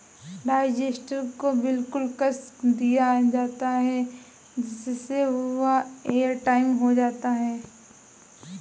digester को बिल्कुल कस दिया जाता है जिससे वह एयरटाइट हो जाता है